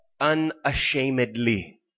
unashamedly